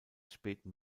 späten